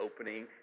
opening